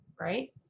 right